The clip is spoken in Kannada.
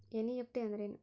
ಎನ್.ಇ.ಎಫ್.ಟಿ ಅಂದ್ರೆನು?